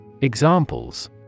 Examples